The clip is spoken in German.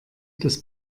das